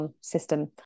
system